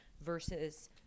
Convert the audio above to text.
versus